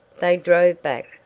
they drove back,